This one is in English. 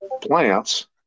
plants